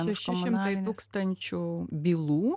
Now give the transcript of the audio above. šeši šimtai tūkstančių bylų